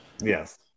Yes